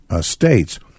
states